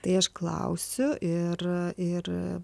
tai aš klausiu ir